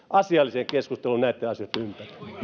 asialliseen keskusteluun näitten asioitten